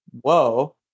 Whoa